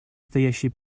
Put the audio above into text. стоящие